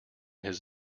his